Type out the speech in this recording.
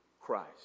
Christ